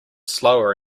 slower